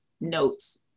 notes